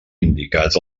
indicats